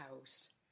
house